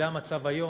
זה המצב היום.